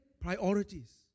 Priorities